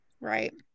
right